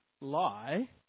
lie